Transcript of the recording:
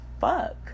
fuck